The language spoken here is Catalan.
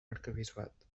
arquebisbat